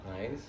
Nice